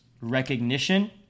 recognition